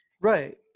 right